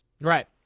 Right